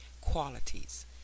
qualities